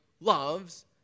loves